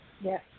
Yes